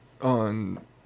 on